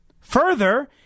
Further